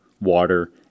water